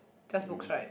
just books right